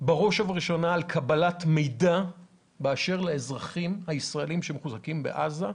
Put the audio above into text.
בראש ובראשונה על קבלת מידע באשר לאזרחים הישראלים המוחזקים בעזה,